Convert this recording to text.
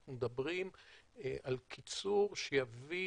אנחנו מדברים על קיצור שיביא